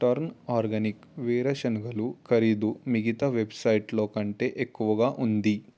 turn organic వేరుశనగలు ఖరీదు మిగతా వెబ్సైట్లో కంటే ఎక్కువగా ఉంది